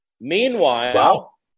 Meanwhile